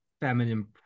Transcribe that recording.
feminine